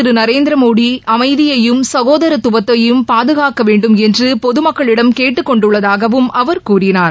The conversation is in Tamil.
திருநரேந்திரமோடிஅமைதியையும் சகோதரத்துவத்தையும் பிரதமர் பாதுகாக்கவேண்டும் என்றுபொதுமக்களிடம் கேட்டுக்கொண்டுள்ளதாகவும் அவர் கூறினார்